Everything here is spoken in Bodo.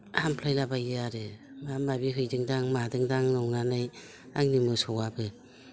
हामफ्लायलाबायो आरो माबा माबि हैदोंदा मादोंदा नंनानै आंनि मोसौआबो